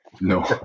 No